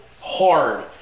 hard